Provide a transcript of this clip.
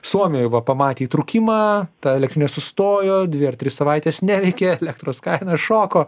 suomijoj va pamatė įtrūkimą tai lyg nesustojo dvi ar tris savaites neveikė elektros kaina šoko